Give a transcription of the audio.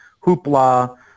Hoopla